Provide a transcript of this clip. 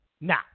Now